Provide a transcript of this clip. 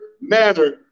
manner